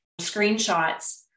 screenshots